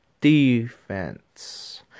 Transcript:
defense